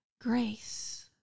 grace